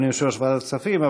אדוני יושב-ראש ועדת הכספים,